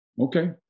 okay